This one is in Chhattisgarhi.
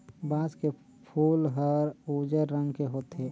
बांस के फूल हर उजर रंग के होथे